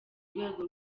rwego